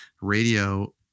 radio